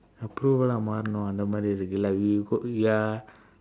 approvala மாறனும் அந்த மாதிரி இருக்கு:maaranum andtha maathiri irukku like ya